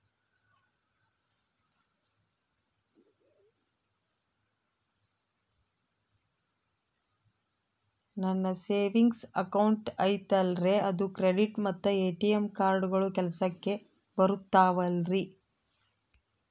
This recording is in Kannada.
ನನ್ನ ಸೇವಿಂಗ್ಸ್ ಅಕೌಂಟ್ ಐತಲ್ರೇ ಅದು ಕ್ರೆಡಿಟ್ ಮತ್ತ ಎ.ಟಿ.ಎಂ ಕಾರ್ಡುಗಳು ಕೆಲಸಕ್ಕೆ ಬರುತ್ತಾವಲ್ರಿ?